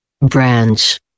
Branch